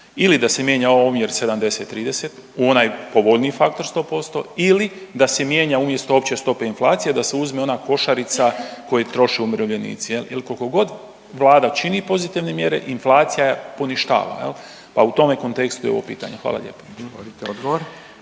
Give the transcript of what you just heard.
ili da se mijenja omjer 70-30 u onaj povoljniji faktor 100% ili da se mijenja umjesto opće stope inflacije, da se uzme ona košarica koju troše umirovljenici, je li, jer koliko god Vlada čini pozitivne mjere, inflacija poništava, pa u tome kontekstu je i ovo pitanje. Hvala lijepo.